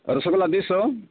ରସଗୋଲା ଦୁଇ ଶହ